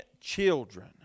children